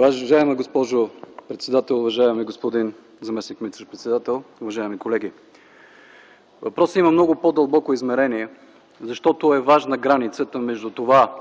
Уважаема госпожо председател, уважаеми господин заместник министър-председател, уважаеми колеги! Въпросът има много по-дълбоко измерение, защото е важна границата между това